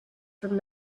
from